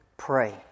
pray